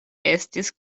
estis